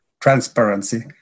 transparency